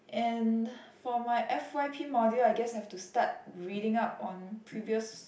and for my f_y_p module I guess I've to start reading up on previous